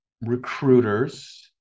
recruiters